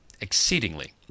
Exceedingly